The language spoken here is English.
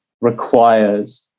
requires